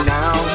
now